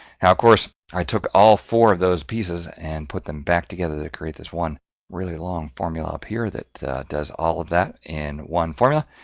now of course, i took all four of those pieces and put them back together to create this one really long formula up here, that does all of that in one formula.